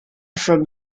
from